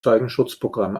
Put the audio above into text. zeugenschutzprogramm